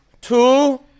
Two